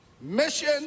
mission